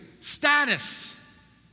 status